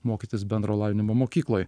mokytis bendro lavinimo mokykloj